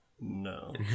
No